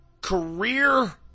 career